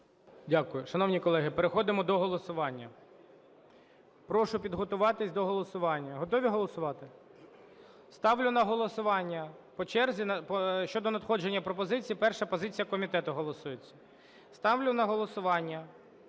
Дякую. Шановні колеги, переходимо до голосування. Прошу підготуватись до голосування. Готові голосувати? Ставлю на голосування по черзі щодо надходження пропозицій. Перша позиція комітету голосується. Ставлю на голосування